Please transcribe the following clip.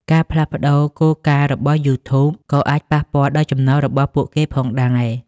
ការផ្លាស់ប្តូរគោលការណ៍របស់ YouTube ក៏អាចប៉ះពាល់ដល់ចំណូលរបស់ពួកគេផងដែរ។